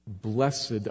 Blessed